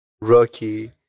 Rocky